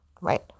right